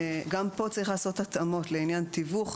גם פה צריך לעשות התאמות לעניין תיווך,